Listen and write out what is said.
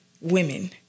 women